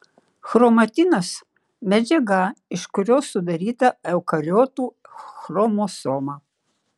chromatinas medžiaga iš kurios sudaryta eukariotų chromosoma